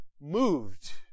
moved